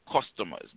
customers